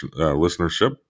listenership